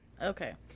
Okay